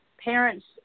Parents